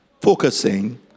focusing